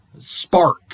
spark